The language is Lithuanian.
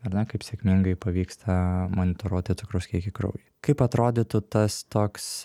ar ne kaip sėkmingai pavyksta monitoruoti cukraus kiekį kraujy kaip atrodytų tas toks